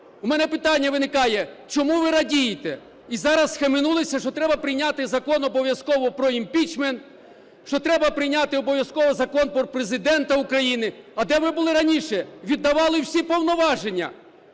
У мене питання виникає: чому ви радієте? І зараз схаменулися, що треба прийняти Закон обов'язково про імпічмент, що треба прийняти обов'язково Закон про Президента України. А де ви були раніше? Віддавали всі повноваження